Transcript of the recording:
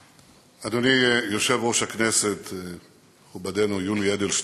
הכנסת, מכובדנו יולי אדלשטיין,